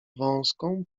wąską